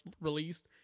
released